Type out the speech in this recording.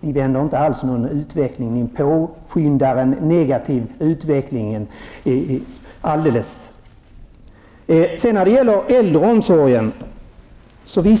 De borgerliga vänder inte alls någon utveckling, de påskyndar en negativ utveckling. När det gäller äldreomsorgen håller jag med